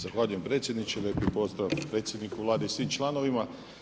Zahvaljujem predsjedniče, lijepo pozdrav predsjedniku Vlade i svim članovima.